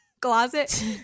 closet